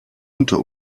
unter